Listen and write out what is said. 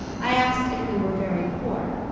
i asked if we were very poor,